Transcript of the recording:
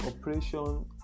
operation